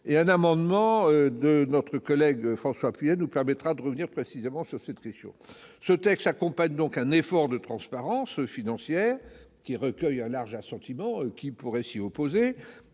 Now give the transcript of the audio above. : un amendement de François Pillet nous permettra de revenir précisément sur cette question. Ce texte accompagne un effort de transparence financière, qui recueille un large assentiment. Qui pourrait s'y opposer